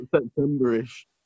September-ish